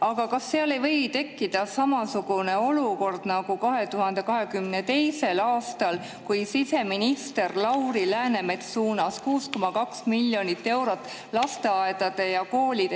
Aga kas seal ei või tekkida samasugune olukord nagu 2022. aastal, kui siseminister Lauri Läänemets suunas 6,2 miljonit eurot lasteaedade ja koolide